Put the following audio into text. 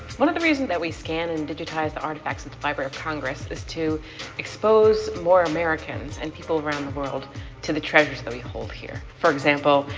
one of the reasons that we scan and digitize the artifacts at the library of congress is to expose more americans and people around the world to the treasures that we hold here. for example,